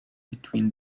between